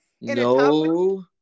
No